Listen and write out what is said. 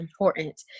important